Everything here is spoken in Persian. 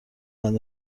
قند